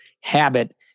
habit